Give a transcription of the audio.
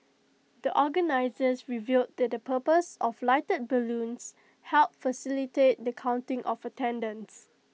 the organisers revealed that the purpose of the lighted balloons helped facilitate the counting of attendance